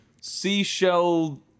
Seashell